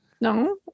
No